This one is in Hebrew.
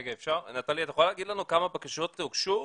נטלי, את יכולה להגיד לנו כמה בקשות הוגשו?